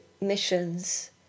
missions